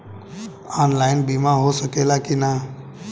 Online बीमा हो सकेला की ना?